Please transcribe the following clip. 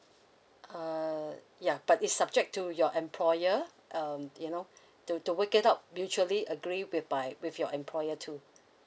uh ya but it's subject to your employer um you know to to wake it up mutually agree with by with your employer too